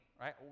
right